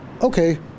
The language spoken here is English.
okay